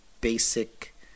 basic